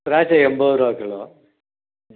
திராட்சை எண்பது ரூபா கிலோ